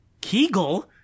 Kegel